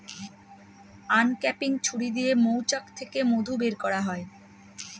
uncapping ছুরি দিয়ে মৌচাক থেকে মধু বের করা হয়